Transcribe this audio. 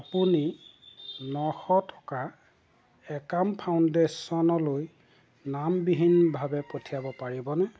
আপুনি নশ টকা একাম ফাউণ্ডেশ্যনলৈ নামবিহীনভাৱে পঠিয়াব পাৰিবনে